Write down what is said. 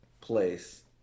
place